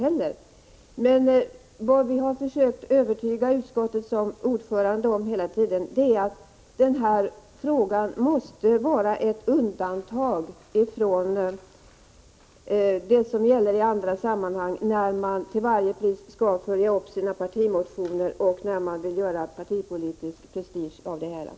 Men vi har hela tiden försökt övertyga utskottets ordförande om att man i den här frågan måste göra ett undantag från vad som gäller i andra sammanhang, då man till varje pris följer upp sina partimotioner och gör partipolitsk prestige av det hela.